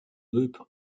loop